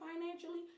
financially